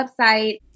website